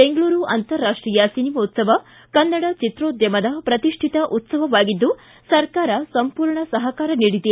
ಬೆಂಗಳೂರು ಅಂತಾರಾಷ್ಷೀಯ ಸಿನಿಮೋತ್ಸವ ಕನ್ನಡ ಚಿತ್ರೋದ್ಧಮದ ಶ್ರತಿಷ್ಠಿತ ಉತ್ಸವವಾಗಿದ್ದು ಸರ್ಕಾರ ಸಂಪೂರ್ಣ ಸಹಕಾರ ನೀಡಿದೆ